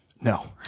No